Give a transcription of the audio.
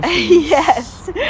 Yes